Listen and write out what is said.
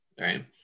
right